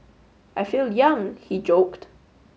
I feel young he joked